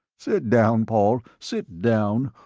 sit down, paul. sit down.